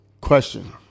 Question